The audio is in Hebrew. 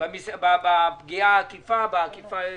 בפגיעה העקיפה,